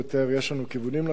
יש לנו כיוונים לתוכנית.